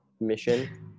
mission